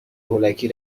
هولکی